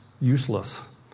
useless